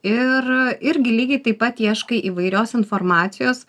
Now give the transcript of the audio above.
ir irgi lygiai taip pat ieškai įvairios informacijos